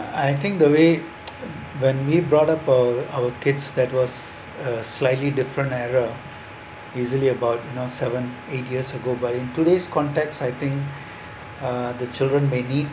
I think the way when me brought up uh our kids that was a slightly different error easily about you know seven eight years ago but in today's context I think uh the children may need